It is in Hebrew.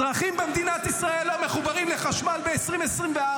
אזרחים במדינת ישראל לא מחוברים לחשמל ב-2024,